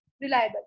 reliable